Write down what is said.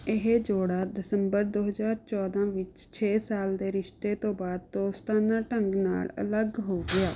ਇਹ ਜੋੜਾ ਦਸੰਬਰ ਦੋ ਹਜ਼ਾਰ ਚੌਦਾਂ ਵਿੱਚ ਛੇ ਸਾਲ ਦੇ ਰਿਸ਼ਤੇ ਤੋਂ ਬਾਅਦ ਦੋਸਤਾਨਾ ਢੰਗ ਨਾਲ ਅਲੱਗ ਹੋ ਗਿਆ